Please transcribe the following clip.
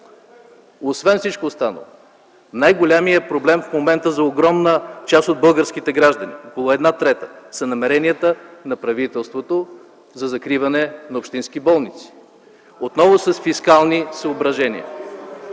Освен всичко останало, най-големият проблем в момента за огромна част от българските граждани, около една трета, са намеренията на правителството за закриване на общински болници. Отново с фискални съображения.